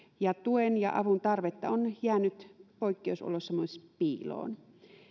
ja tuen ja avun tarvetta on jäänyt poikkeusoloissa myös piiloon